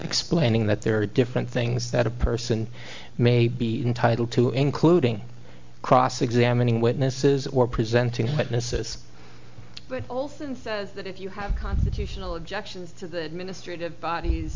explaining that there are different things that a person may be entitled to including cross examining witnesses or presenting what misses but also and says that if you have constitutional objections to the ministry of bodies